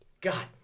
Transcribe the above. God